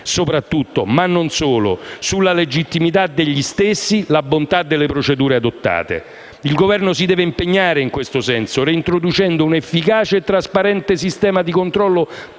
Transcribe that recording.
atti degli enti locali, sulla legittimità degli stessi, sulla bontà delle procedure adottate. Il Governo si deve impegnare in questo senso, reintroducendo un efficace e trasparente sistema di controllo